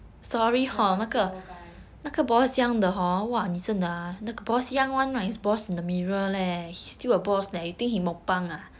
the basketball guy